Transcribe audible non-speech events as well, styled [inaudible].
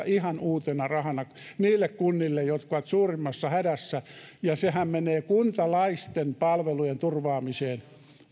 [unintelligible] ihan uutena rahana niille kunnille jotka ovat suurimmassa hädässä sehän menee kuntalaisten palvelujen turvaamiseen